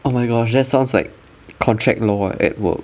oh my gosh that sounds like contract law at work